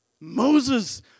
Moses